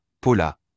Paula